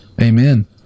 Amen